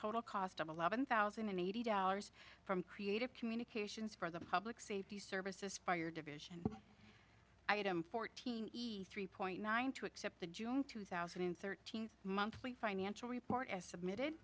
total cost of eleven thousand and eighty dollars from creative communications for the public safety services for your division item fourteen three point nine two accept the june two thousand and thirteen monthly financial report as submitted